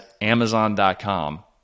Amazon.com